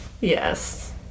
Yes